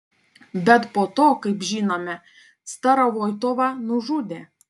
bet po to kaip žinome starovoitovą nužudė